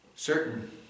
Certain